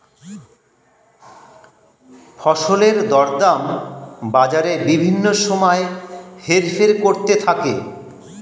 ফসলের দরদাম বাজারে বিভিন্ন সময় হেরফের করতে থাকে